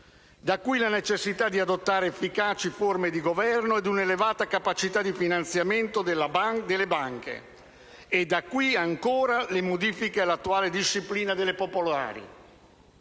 da cui la necessità di adottare efficaci forme di Governo e un'elevata capacità di finanziamento delle banche; da qui, ancora, le modifiche all'attuale disciplina delle popolari.